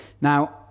Now